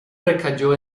recayó